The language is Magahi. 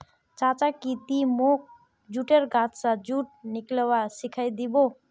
चाचा की ती मोक जुटेर गाछ स जुट निकलव्वा सिखइ दी बो